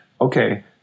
Okay